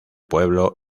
pueblo